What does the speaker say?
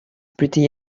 pretty